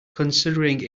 considering